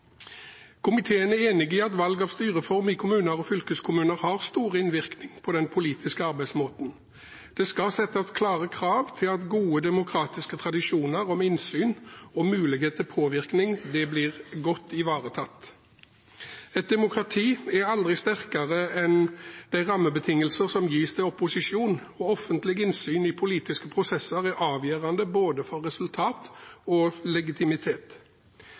Komiteen er enig i at valg av styreform i kommuner og fylkeskommuner har stor innvirkning på den politiske arbeidsmåten. Det skal settes klare krav til at gode demokratiske tradisjoner om innsyn og mulighet til påvirkning blir godt ivaretatt. Et demokrati er aldri sterkere enn de rammebetingelser som gis til opposisjonen, og offentlig innsyn i politiske prosesser er avgjørende både for resultat og legitimitet.